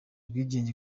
ubwigenge